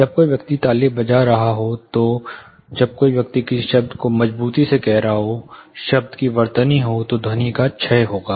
जब कोई व्यक्ति ताली बजा रहा हो या जब कोई व्यक्ति किसी शब्द को मजबूती से कह रहा हो शब्द की वर्तनी हो तो ध्वनि का क्षय होगा